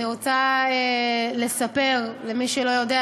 אני רוצה לספר למי שלא יודע,